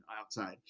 outside